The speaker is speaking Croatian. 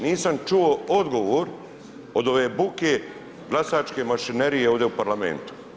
Nisam čuo odgovor od ove buke glasačke mašinerije ovdje u parlamentu.